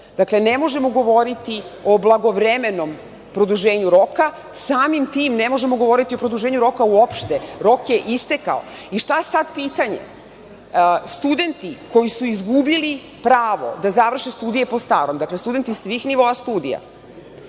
Dakle, ne možemo govoriti o blagovremenom produženju roka, a samim tim ne možemo govoriti o produženju roka uopšte, rok je istekao.I šta sad? Pitanje? Studenti koji su izgubili pravo da završe studije po starom, studenti svih nivoa studija,